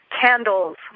candles